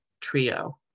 trio